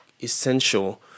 essential